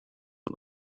und